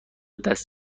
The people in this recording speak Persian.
دست